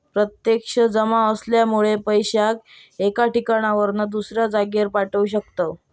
प्रत्यक्ष जमा असल्यामुळे पैशाक एका ठिकाणावरना दुसऱ्या जागेर पाठवू शकताव